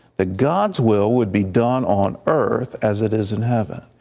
that god's will will be done on earth, as it is in heaven.